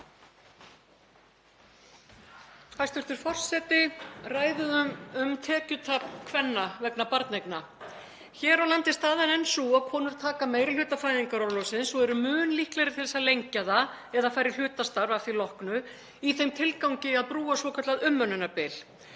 Hæstv. forseti. Ræðum um tekjutap kvenna vegna barneigna. Hér á landi er staðan enn sú að konur taka meiri hluta fæðingarorlofsins og eru mun líklegri til að lengja það eða fara í hlutastarf að því loknu í þeim tilgangi að brúa svokallað umönnunarbil.